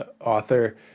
author